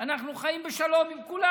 אנחנו חיים בשלום עם כולם.